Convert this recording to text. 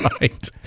Right